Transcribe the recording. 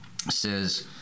says